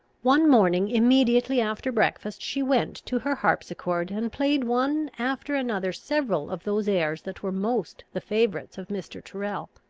one morning immediately after breakfast, she went to her harpsichord, and played one after another several of those airs that were most the favourites of mr. tyrrel.